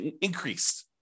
increased